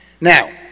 Now